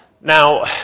Now